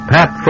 Pat